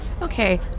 Okay